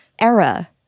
era